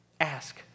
Ask